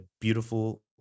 beautiful